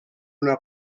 una